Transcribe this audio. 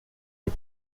des